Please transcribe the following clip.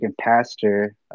pastor